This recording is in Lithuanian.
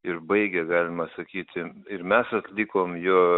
ir baigė galima sakyti ir mes atlikom jo